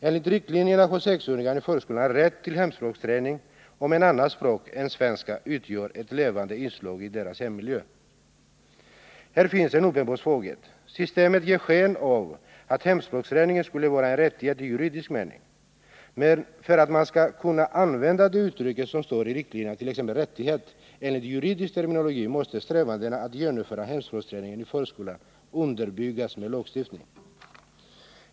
Enligt riktlinjerna har sexåringar i förskolan rätt till hemspråksträning, om ett annat språk än svenska utgör ett levande inslag i deras hemmiljö. Här finns en uppenbar svaghet. Systemet ger sken av att hemspråksträning skulle vara en rättighet i juridisk mening. Men för att man skall kunna använda det uttryck som står i riktlinjerna, t.ex. rättighet, enligt juridisk terminologi måste strävandena att genomföra hemspråksträning i förskolan underbyggas med lagstiftning.